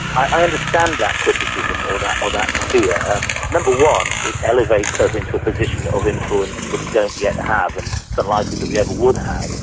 i understand that criticism, or that or that fear. um number one, it elevates us into a position of influence that we don't yet have and it's unlikely that we ever would have.